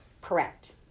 Correct